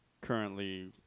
currently